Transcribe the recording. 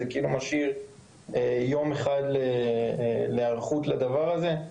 כך שזה בעצם משאיר יום אחד היערכות לדבר הזה.